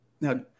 Now